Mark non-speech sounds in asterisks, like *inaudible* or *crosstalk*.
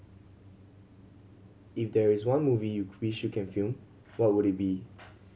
if there is one movie you *unintelligible* wished you can film what would it be